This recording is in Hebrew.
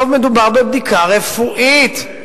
בסוף מדובר בבדיקה רפואית.